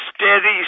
steady